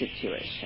situation